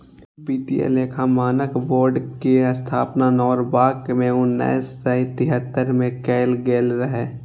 वित्तीय लेखा मानक बोर्ड के स्थापना नॉरवॉक मे उन्नैस सय तिहत्तर मे कैल गेल रहै